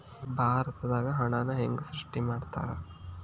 ಭಾರತದಾಗ ಹಣನ ಹೆಂಗ ಸೃಷ್ಟಿ ಮಾಡ್ತಾರಾ